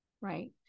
right